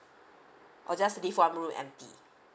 or just leave one room empty